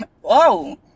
Whoa